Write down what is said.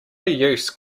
use